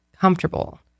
comfortable